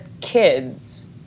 kids